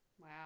Wow